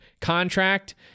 contract